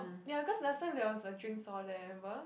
ya cause last time there was a drink stall there remember